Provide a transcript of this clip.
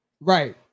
right